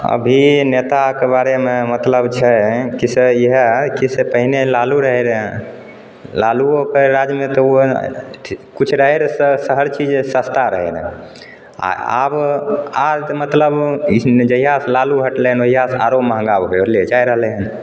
अभी नेताके बारेमे मतलब छै कि से इहए किछु पहिने लालू रहै रऽ लालुओके राजमे तऽ ओहिना किछु रहै रऽ तऽ हर चीज सस्ता रहै रऽ आ आब आज तऽ मतलब ई जहिआ से लालू हटलै हन ओहिआ से आरो महँगा होएले जाइ रहलै हन